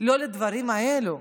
לא לדברים האלה.